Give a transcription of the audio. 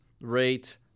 rate